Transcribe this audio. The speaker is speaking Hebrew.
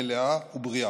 מלאה ובריאה.